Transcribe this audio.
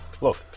look